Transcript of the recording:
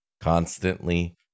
constantly